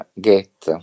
get